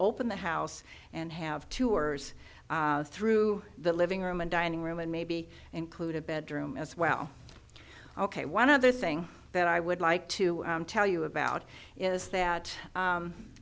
open the house and have to or through the living room and dining room and maybe include a bedroom as well ok one other thing that i would like to tell you about is that